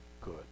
good